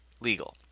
legal